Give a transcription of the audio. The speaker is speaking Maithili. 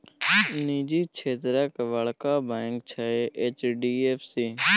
निजी क्षेत्रक बड़का बैंक छै एच.डी.एफ.सी